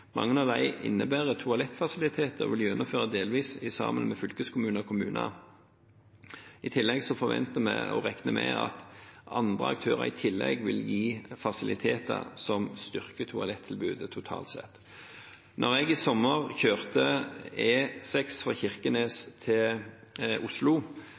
Mange av dem innebærer toalettfasiliteter og vil gjennomføres delvis sammen med fylkeskommuner og kommuner. I tillegg forventer vi og regner med at andre aktører i tillegg vil gi fasiliteter som styrker toalettilbudet totalt sett. Da jeg i sommer kjørte E6 fra Kirkenes til Oslo,